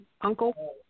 Uncle